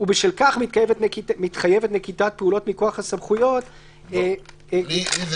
ובשל כך מתחייבת נקיטת פעולות מכוח הסמכויות --- לי זה